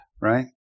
right